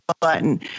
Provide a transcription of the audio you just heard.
button